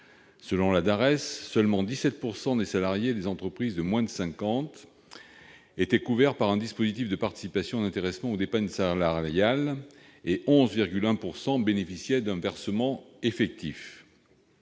en 2016, seulement 17 % des salariés des entreprises de moins de 50 salariés étaient couverts par un dispositif de participation, d'intéressement ou d'épargne salariale et 11,1 % bénéficiaient d'un versement effectif.